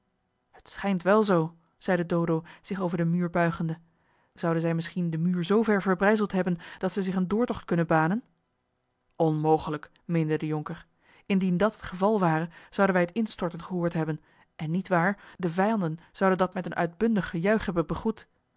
het schijnt wel zoo zeide dodo zich over den muur buigende zouden zij misschien den muur zoover verbrijzeld hebben dat zij zich een doortocht kunnen banen onmogelijk meende de jonker indien dat het geval ware zouden wij het instorten gehoord hebben en niet waar de vijanden zouden dat met een uitbundig gejuich hebben